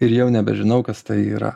ir jau nebežinau kas tai yra